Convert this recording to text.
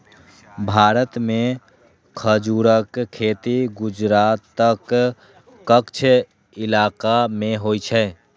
भारत मे खजूरक खेती गुजरातक कच्छ इलाका मे होइ छै